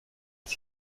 sie